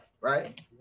Right